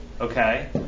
Okay